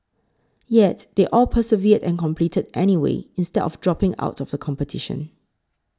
yet they all persevered and competed anyway instead of dropping out of the competition